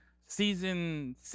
season